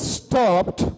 stopped